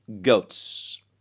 goats